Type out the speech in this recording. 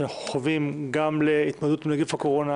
שאנחנו חווים גם התמודדות עם נגיף הקורונה,